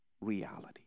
reality